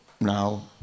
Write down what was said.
Now